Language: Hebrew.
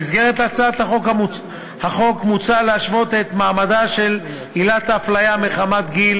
בהצעת החוק מוצע להשוות את מעמדה של עילת ההפליה מחמת גיל